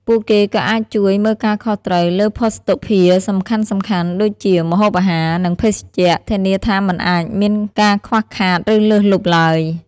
ពួកគេក៏អាចជួយ មើលការខុសត្រូវ លើភ័ស្តុភារសំខាន់ៗដូចជា ម្ហូបអាហារ និង ភេសជ្ជៈ ធានាថាមិនមានការខ្វះខាត ឬលើសលប់ឡើយ។